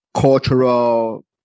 cultural